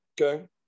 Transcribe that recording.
Okay